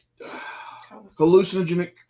hallucinogenic